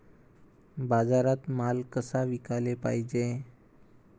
बाजारात माल कसा विकाले पायजे?